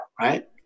right